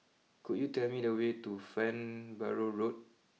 could you tell me the way to Farnborough Road